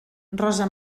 rosa